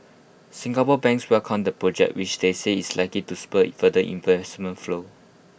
Singapore banks welcomed the project which they say is likely to spur further investment flows